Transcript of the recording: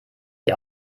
ihr